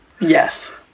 Yes